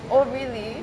oh really